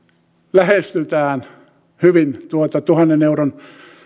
lähestytään hyvin tuota tuhannen euron